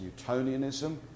Newtonianism